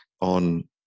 on